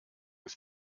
ist